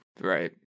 Right